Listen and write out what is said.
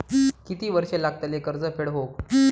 किती वर्षे लागतली कर्ज फेड होऊक?